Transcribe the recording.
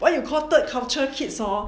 what you call third culture kids hor